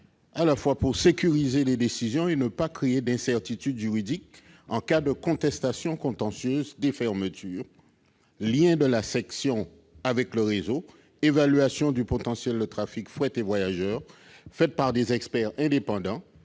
à la fois pour sécuriser les décisions et pour ne pas créer d'incertitude juridique en cas de contestation contentieuse des fermetures : lien de la section avec le réseau, évaluation du potentiel de trafic fret et voyageurs réalisée par des experts indépendants,